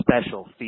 special